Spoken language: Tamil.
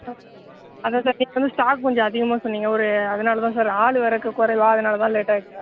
சார் அதான் சார் நீங்கள் வந்து ஸ்டாக் கொஞ்சம் அதிகமாக சொன்னீங்க ஒரு அதனாலதான் சார் ஆள் வேறு இருக்குது குறைவா அதனாலதான் லேட்டாகிட்டு சார்